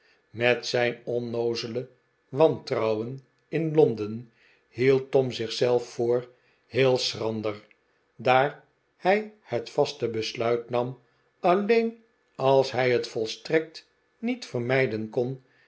met zijn ohnoozele wantrouwen in lbnden hield toni zich zelf voor heel schrander daar hij het vaste besluit nam alleen als hij het volstrekt niet vermij den kon